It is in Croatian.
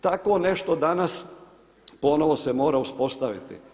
Tako nešto danas, ponovno se mora uspostaviti.